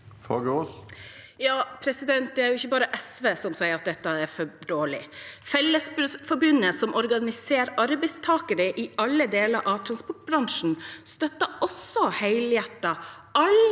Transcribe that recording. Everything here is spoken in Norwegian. Fagerås (SV) Det er jo ikke bare SV som sier at dette er for dårlig. Fellesforbundet, som organiserer arbeidstakere i alle deler av transportbransjen, støtter også helhjertet